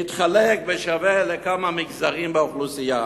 להתחלק באופן שווה בין כמה מגזרים באוכלוסייה.